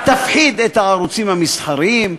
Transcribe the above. תפחיד את הערוצים המסחריים,